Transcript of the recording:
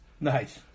Nice